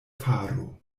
faro